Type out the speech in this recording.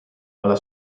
alla